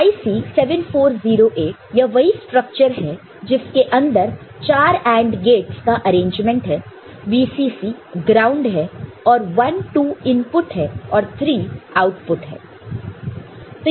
तो IC 7408 यह वही स्ट्रक्चर है जिसके अंदर 4 AND गेटस का अरेंजमेंट हैVCC ग्राउंड है और 12 इनपुट है और 3 आउटपुट है